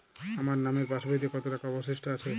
আমার নামের পাসবইতে কত টাকা অবশিষ্ট আছে?